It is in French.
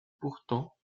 pourtant